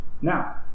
now